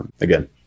again